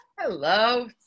Hello